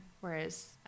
Whereas